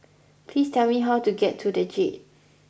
please tell me how to get to The Jade